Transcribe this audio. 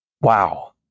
Wow